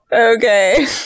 Okay